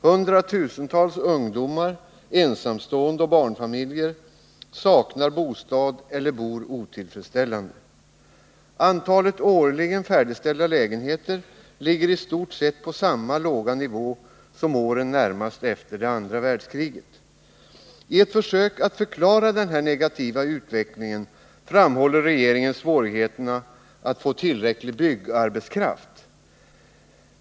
Hundratusentals ungdomar, ensamstående och barnfamiljer saknar bostad eller bor otillfredsställande. Antalet årligen färdigställ da lägenheter ligger i stort sett på samma låga nivå som åren närmast efter det ' I ett försök att förklara denna negativa utveckling framhåller regeringen svårigheterna att få tillräcklig byggarbetskraft.